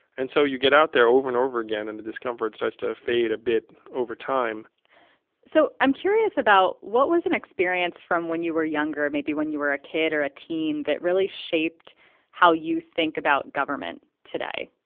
and so you get out there over and over again, and the discomfort starts to fade a bit over time so i'm curious about what was an experience from when you were younger, maybe when you were a kid or a teen, that really shaped how you think about government today?